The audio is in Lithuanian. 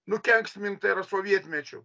nukenksminta yra sovietmečiu